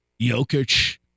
Jokic